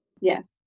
Yes